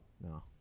No